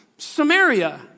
Samaria